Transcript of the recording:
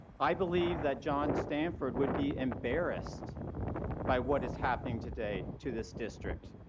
i believe that john stanford would be embarrassed by what is happening today to this district.